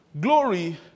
glory